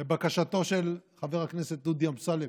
לבקשתו של חבר הכנסת דודי אמסלם,